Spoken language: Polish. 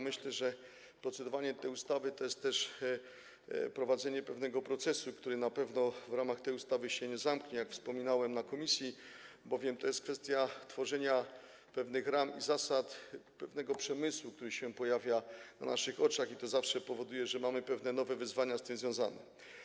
Myślę, że procedowanie nad tą ustawą to jest też prowadzenie pewnego procesu, który na pewno w ramach tej ustawy się nie zamknie, jak wspominałem w komisji, bowiem to jest kwestia tworzenia pewnych ram i zasad dotyczących przemysłu, który się pojawia na naszych oczach, i to zawsze powoduje, że mamy nowe wyzwania z tym związane.